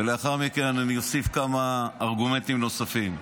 ולאחר מכן אני אוסיף כמה ארגומנטים נוספים.